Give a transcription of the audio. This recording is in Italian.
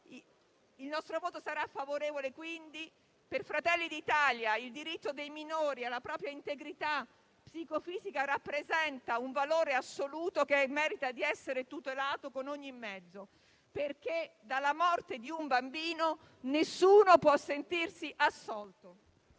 sarà quindi favorevole, perché il diritto dei minori alla propria integrità psicofisica rappresenta un valore assoluto che merita di essere tutelato con ogni mezzo, perché dalla morte di un bambino nessuno può sentirsi assolto.